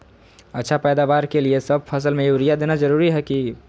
अच्छा पैदावार के लिए सब फसल में यूरिया देना जरुरी है की?